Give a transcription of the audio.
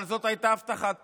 אבל זאת הייתה הבטחת בחירות.